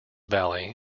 valley